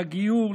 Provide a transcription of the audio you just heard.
לגיור,